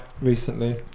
recently